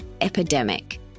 epidemic